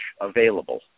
available